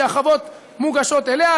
והחוות מוגשות אליה.